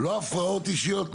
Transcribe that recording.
לא הפרעות אישיות,